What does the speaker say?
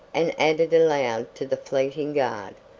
and added aloud to the fleeting guard,